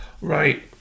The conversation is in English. Right